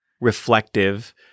reflective